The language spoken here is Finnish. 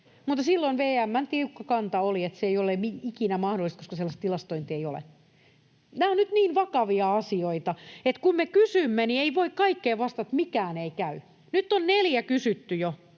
Mutta silloin VM:n tiukka kanta oli, että se ei ole ikinä mahdollista, koska sellaista tilastointia ei ole. Nämä ovat nyt niin vakavia asioita, että kun me kysymme, niin ei voi kaikkeen vastata, että mikään ei käy. Nyt on jo neljä kysymystä